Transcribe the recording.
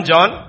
John